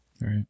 Right